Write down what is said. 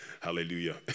Hallelujah